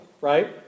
right